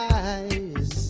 eyes